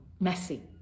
Messy